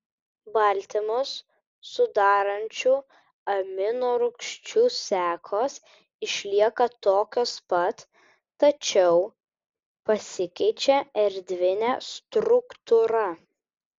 baltymus sudarančių amino rūgčių sekos išlieka tokios pat tačiau pasikeičia erdvinė struktūra